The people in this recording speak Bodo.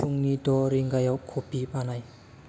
फुंनि द' रिंगायाव कफि बानाय